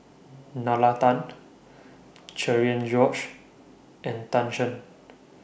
Nalla Tan Cherian George and Tan Shen